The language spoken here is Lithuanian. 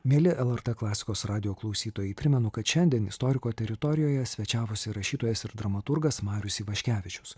mieli lrt klasikos radijo klausytojai primenu kad šiandien istoriko teritorijoje svečiavosi rašytojas ir dramaturgas marius ivaškevičius